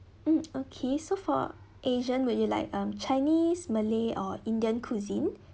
mm okay so for asian would you like um chinese malay or indian cuisine